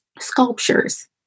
sculptures